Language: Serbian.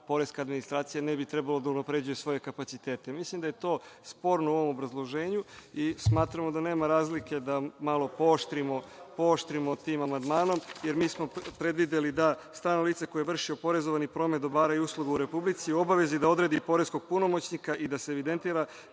poreska administracija ne bi trebala da pređe svoje kapacitete. Mislim da je to sporno u ovom obrazloženju. Smatramo da nema razlike da malo pooštrimo tim amandmanom, jer smo mi predvideli da strano lice koje vrši oporezovani promet dobara i usluga u republici, u obavezi je da odredi poreskog punomoćnika i da se evidentira